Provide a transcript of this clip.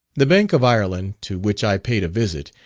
the bank of ireland, to which i paid a visit,